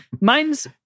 Mines